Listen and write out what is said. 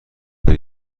داری